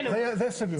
הענייניות.